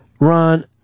Ron